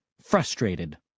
Frustrated